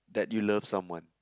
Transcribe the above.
that you love someone